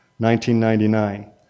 1999